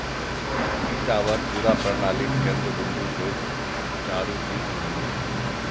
ई tower पूरा प्रणालीक केंद्र बिंदु के चारू दिस घूमै छै